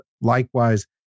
likewise